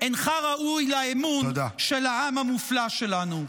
אינך ראוי לאמון של העם המופלא שלנו.